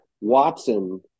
Watson –